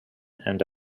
and